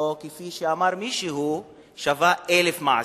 או, כפי שאמר מישהו: שווה אלף מעשים.